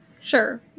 Sure